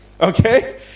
Okay